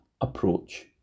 approach